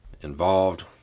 involved